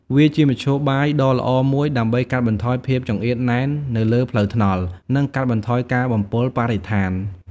វាជាមធ្យោបាយដ៏ល្អមួយដើម្បីកាត់បន្ថយភាពចង្អៀតណែននៅលើផ្លូវថ្នល់ និងកាត់បន្ថយការបំពុលបរិស្ថាន។